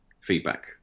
feedback